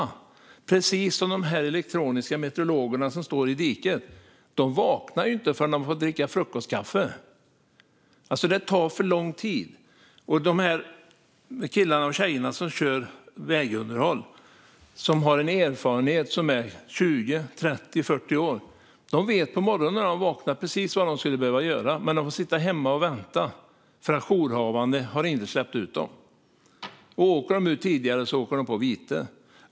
De är precis som de elektroniska meteorologer som står i diket. De vaknar ju inte förrän de har fått dricka frukostkaffe. Det tar alltså för lång tid. De killar och tjejer som kör vägunderhåll har en erfarenhet på 20, 30 eller 40 år. På morgonen när de vaknar vet de precis vad de skulle behöva göra, men de får sitta hemma och vänta för att jourhavande inte har släppt ut dem. Om de åker ut tidigare får de ett vite.